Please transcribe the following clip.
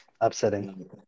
Upsetting